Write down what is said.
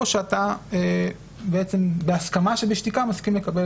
או שבהסכמה שבשתיקה אתה מסכים לקבל